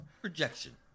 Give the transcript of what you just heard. Projection